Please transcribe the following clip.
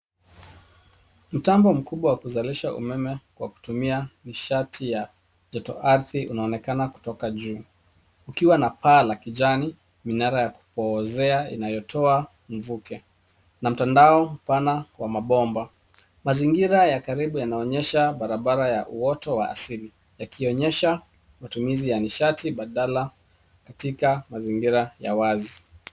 Mtambo mkubwa wa kuzalisha umeme kwa kutumia nishati ya joto ardhi unaonekana kutoka juu ukiwa na paa la kijani, minara ya kupoozea inayotoa mvuke na mtandao mpana wa mabomba. Mazingira ya karibu yanaonyesha barabara ya uwoto wa asili yakionyesha utumizi ya nishati badala katika mazingira ya wazi.